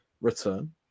return